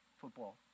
football